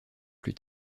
plus